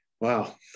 Wow